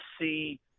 see